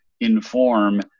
inform